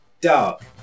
dark